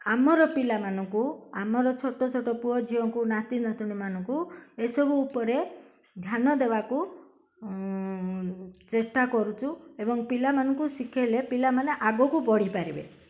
ଆମର ପିଲାମାନଙ୍କୁ ଆମର ଛୋଟ ଛୋଟ ପୁଅ ଝିଅଙ୍କୁ ନାତି ନାତୁଣୀମାନଙ୍କୁ ଏସବୁ ଉପରେ ଧ୍ୟାନ ଦେବାକୁ ଚେଷ୍ଟା କରୁଛୁ ଏବଂ ପିଲାମାନଙ୍କୁ ଶିଖେଇଲେ ପିଲାମାନେ ଆଗକୁ ବଢ଼ିପାରିବେ